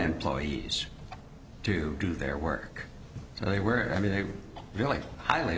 employees to do their work so they were i mean they were really highly